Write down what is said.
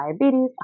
diabetes